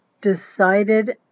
decided